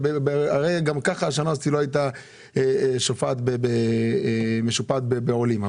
הרי גם כך השנה הזאת לא הייתה משופעת בעולים,